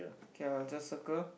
okay I will just circle